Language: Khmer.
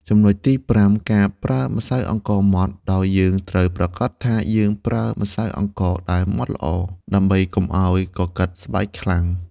ចំណុចទីប្រាំ ការប្រើម្សៅអង្ករម៉ដ្ឋ ដោយយើងត្រូវប្រាកដថាយើងប្រើម្សៅអង្ករដែលម៉ដ្ឋល្អ ដើម្បីកុំឱ្យកកិតស្បែកខ្លាំង។